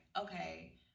okay